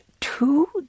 two